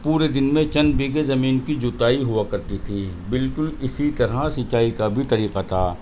پورے دن میں چند بیگھے زمین کی جوتائی ہوا کرتی تھی بالکل اسی طرح سینچائی کا بھی طریقہ تھا